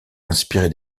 inspiré